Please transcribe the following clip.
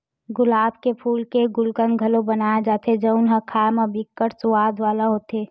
गुलाब के फूल के गुलकंद घलो बनाए जाथे जउन ह खाए म बिकट सुवाद वाला होथे